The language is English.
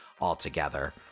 altogether